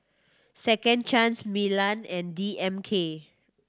Second Chance Milan and D M K